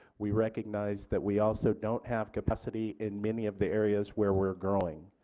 we recognize that we also don't have capacity in many of the areas where we are growing.